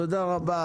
תודה רבה.